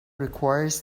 requires